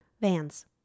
Vans